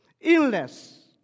illness